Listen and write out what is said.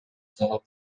талап